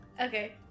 Okay